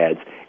ads